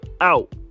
out